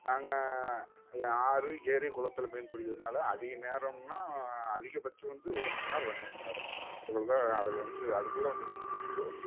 நாங்கள் யாரும் ஏரி குளத்துல மீன் பிடிக்கிறதனால அதிக நேரம்னால் அதிகபட்சம் வந்து ஒரு மணிநேரம் ரெண்டு மணிநேரம் இவ்வளோதான் அதில் வந்து அதுக்குள்ள மீன் பிடிச்சிட்டு வந்திடுவோம்